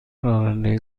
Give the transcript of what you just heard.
رانندگی